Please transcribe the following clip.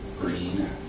green